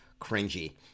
cringy